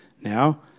Now